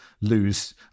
lose